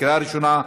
קריאה ראשונה,